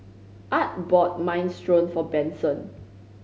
Art bought Minestrone for Benson